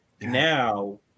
Now